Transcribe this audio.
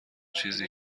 چیزی